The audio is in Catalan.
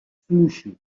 fluixos